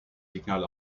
signal